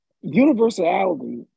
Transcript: Universality